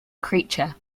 creature